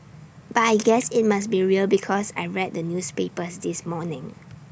but I guess IT must be real because I read the newspapers this morning